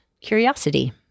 curiosity